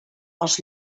els